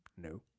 No